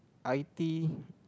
i_t